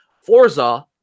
forza